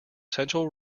central